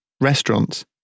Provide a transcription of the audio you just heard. restaurants